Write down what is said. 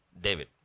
David